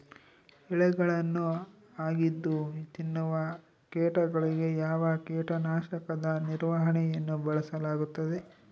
ಎಲೆಗಳನ್ನು ಅಗಿದು ತಿನ್ನುವ ಕೇಟಗಳಿಗೆ ಯಾವ ಕೇಟನಾಶಕದ ನಿರ್ವಹಣೆಯನ್ನು ಬಳಸಲಾಗುತ್ತದೆ?